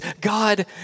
God